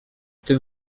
tym